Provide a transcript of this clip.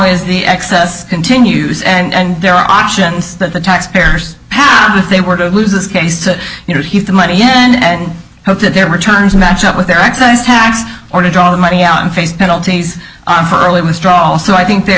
as the excess continues and there are options that the tax payers if they were to lose this case you know he's the money and hope that their returns match up with their excise tax or to draw the money out and face penalties for early withdrawal so i think there